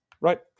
Right